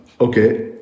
okay